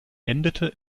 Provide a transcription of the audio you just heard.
endete